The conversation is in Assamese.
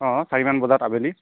অঁ চাৰি মান বজাত আবেলি